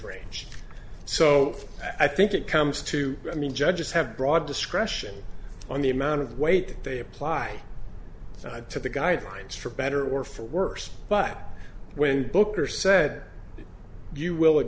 range so i think it comes to me judges have broad discretion on the amount of weight they apply to the guidelines for better or for worse but when booker said you will